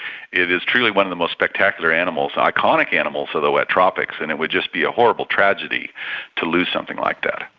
it is truly one of the most spectacular animals, iconic animals of the wet tropics, and it would just be a horrible tragedy to lose something like that.